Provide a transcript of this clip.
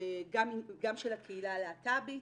גם של הקהילה הלהט"בית,